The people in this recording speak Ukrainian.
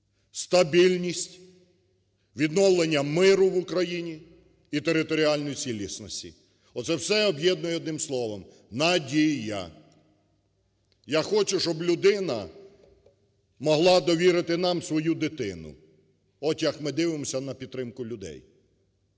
стабільність, відновлення миру в Україні і територіальної цілісності. Оце все об'єднує одним словом "надія". Я хочу, щоб людина могла довірити нам свою дитину. От як ми дивимося на підтримку людей.